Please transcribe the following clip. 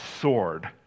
sword